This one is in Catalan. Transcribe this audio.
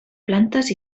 plantes